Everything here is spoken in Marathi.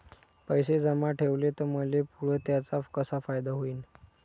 पैसे जमा ठेवले त मले पुढं त्याचा कसा फायदा होईन?